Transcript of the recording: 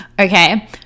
okay